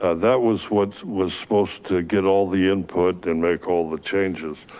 ah that was what was supposed to get all the input and make all the changes.